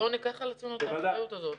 בואו ניקח על עצמנו את האחריות הזאת.